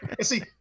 see